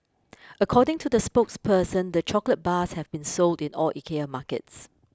according to the spokesperson the chocolate bars have been sold in all Ikea markets